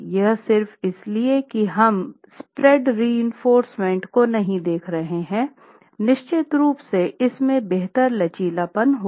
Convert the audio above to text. यह सिर्फ़ इसलिए कि हम स्प्रेड रीइंफोर्स्मेंट को नहीं देख रहे हैं निश्चित रूप से इसमे बेहतर लचीलापन होगा